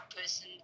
person